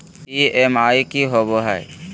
EMI की होवे है?